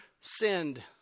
sinned